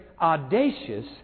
audacious